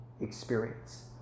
experience